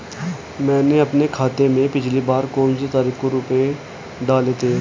मैंने अपने खाते में पिछली बार कौनसी तारीख को रुपये डाले थे?